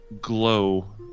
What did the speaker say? Glow